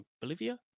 Bolivia